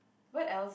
what else though